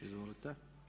Izvolite.